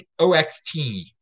OXT